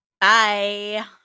bye